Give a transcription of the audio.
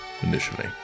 initially